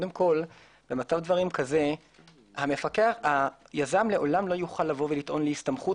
במקרה כזה היזם לעולם לא יוכל לטעון להסתמכות,